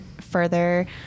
further